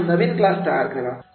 आणि नवीन क्लास तयार करा